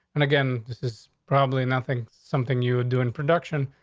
and again, this is probably nothing. something you would do in production,